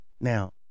Now